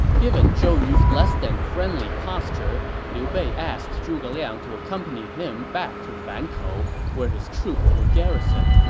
given zhou yu's less-than-friendly posture, liu bei asked zhuge liang to accompany him back to fankou, where his troops were garrisoned.